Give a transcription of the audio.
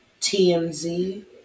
TMZ